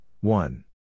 one